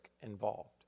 involved